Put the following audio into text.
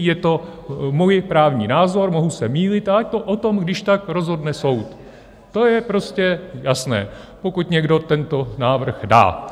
Je to můj právní názor, mohu se mýlit, ať o tom kdyžtak rozhodne soud, to je jasné, pokud někdo tento návrh dá.